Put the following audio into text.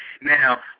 Now